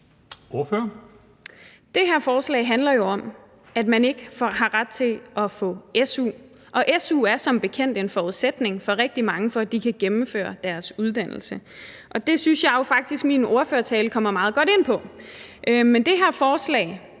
Det her forslag handler jo om, at man ikke har ret til at få su, og su er som bekendt en forudsætning for rigtig mange for, at de kan gennemføre deres uddannelse. Det synes jeg faktisk min ordførertale kom meget godt ind på. Men det her forslag